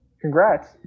Congrats